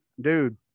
dude